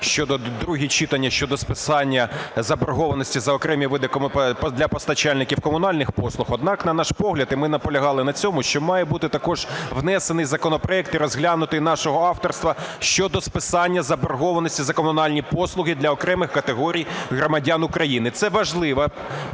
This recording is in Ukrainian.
(друге читання) щодо списання заборгованості за окремі види... для постачальників комунальних послуг. Однак, на наш погляд, і ми наполягали на цьому, що має бути також внесений законопроект і розглянутий нашого авторства щодо списання заборгованості за комунальні послуги для окремих категорій громадян України. Це важливе